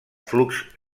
flux